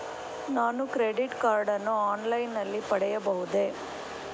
ನಾನು credit card ಅನ್ನು online ನಲ್ಲಿ ಪಡೆಯಬಹುದೇ?